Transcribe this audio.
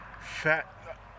fat